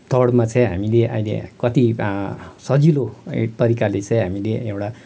तवरमा चाहिँ हामीले अहिले कति सजिलो एक तरिकाले चाहिँ हामीले एउटा